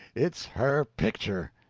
it's her picture.